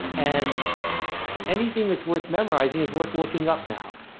and anything that's worth memorizing is worth looking up now.